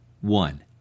One